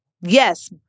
Yes